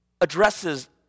addresses